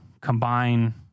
combine